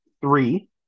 three